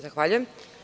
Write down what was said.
Zahvaljujem.